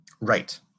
Right